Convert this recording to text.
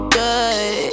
good